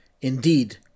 Indeed